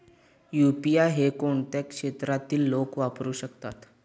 UPI हे कोणत्या क्षेत्रातील लोक वापरू शकतात?